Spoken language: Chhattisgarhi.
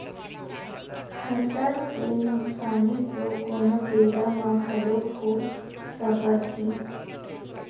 फसल के नुकसानी तो कोनो बेरा म घलोक हो सकत हे